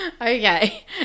Okay